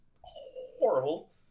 horrible